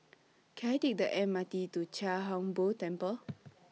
Can I Take The M R T to Chia Hung Boo Temple